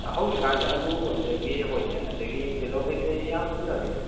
ꯍꯧꯖꯤꯛꯀꯥꯟꯗꯤ ꯑꯥꯂꯨ ꯑꯗꯒꯤ ꯍꯣꯏꯅꯦ ꯑꯗꯒꯤ ꯇꯤꯜꯍꯧ ꯀꯩ ꯀꯩ ꯌꯥꯝ ꯎꯅꯔꯤꯅꯤꯅ